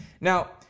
Now